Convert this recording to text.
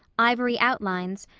ivory outlines,